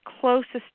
closest